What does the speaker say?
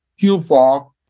Q4